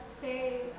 say